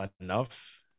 enough